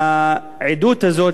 העדות הזאת,